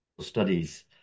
studies